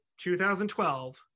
2012